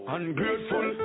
Ungrateful